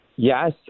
Yes